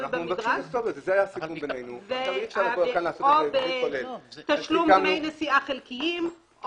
או תשלום דמי נסיעה חלקיים.